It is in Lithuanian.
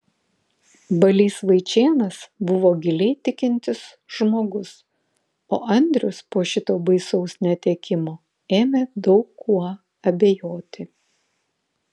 balys vaičėnas buvo giliai tikintis žmogus o andrius po šito baisaus netekimo ėmė daug kuo abejoti